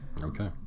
Okay